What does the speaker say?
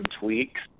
tweaks